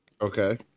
okay